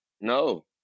no